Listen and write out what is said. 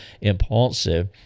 impulsive